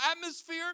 atmosphere